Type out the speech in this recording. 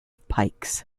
pikes